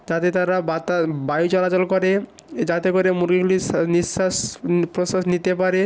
তাতে তারা বাতা বায়ু চলাচল করে যাতে করে মুরগিগুলি নিশ্বাস প্রশ্বাস নিতে পারে